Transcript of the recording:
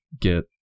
get